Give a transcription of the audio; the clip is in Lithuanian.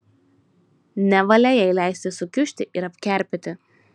nevalia jai leisti sukiužti ir apkerpėti